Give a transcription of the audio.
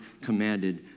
commanded